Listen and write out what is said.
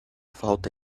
falta